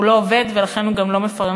הוא לא עובד, ולכן הוא גם לא מפרנס,